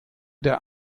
der